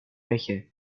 bäche